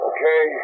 Okay